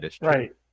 right